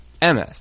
MS